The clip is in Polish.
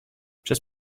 przez